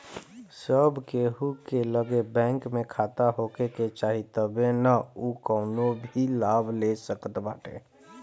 सब केहू के लगे बैंक में खाता होखे के चाही तबे नअ उ कवनो भी लाभ ले सकत बाटे